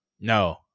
no